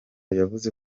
yavuze